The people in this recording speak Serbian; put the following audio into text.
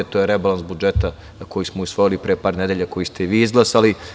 To je rebalans budžeta koji smo usvojili pre par nedelja, koji ste vi izglasali.